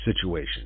situation